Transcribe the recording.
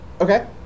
Okay